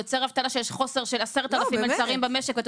כשיש חוסר של 10,000 מלצרים במשק ואת